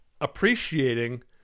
appreciating